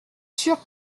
sûr